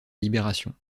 libération